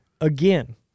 Again